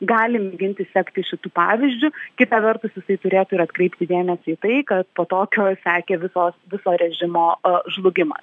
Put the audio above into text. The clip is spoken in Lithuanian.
gali mėginti sekti šitu pavyzdžiu kita vertus jisai turėtų ir atkreipti dėmesį į tai kad po tokio sekė visos viso režimo a žlugimas